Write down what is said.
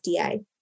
FDA